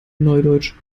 neudeutsch